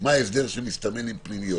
מה ההסדר שמסתמן עם פנימיות,